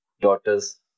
daughter's